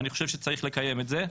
ואני חושב שצריך לקיים את זה,